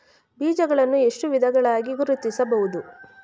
ಬೀಜಗಳನ್ನು ಎಷ್ಟು ವಿಧಗಳಾಗಿ ಗುರುತಿಸಬಹುದು?